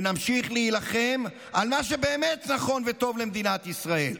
ונמשיך להילחם על מה שבאמת נכון וטוב למדינת ישראל.